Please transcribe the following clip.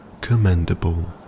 commendable